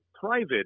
private